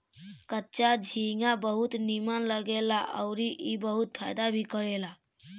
कच्चा झींगा बहुत नीमन लागेला अउरी ई बहुते फायदा भी करेला